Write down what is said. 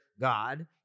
God